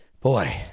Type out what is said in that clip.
Boy